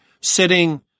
sitting